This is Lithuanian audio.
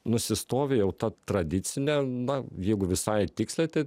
nusistovi jau ta tradicinė na jeigu visai tiksliai tai